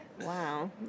Wow